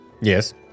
Yes